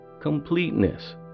completeness